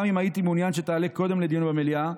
גם אם הייתי מעוניין שתעלה קודם לדיון במליאה.